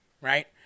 Right